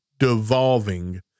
devolving